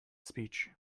speech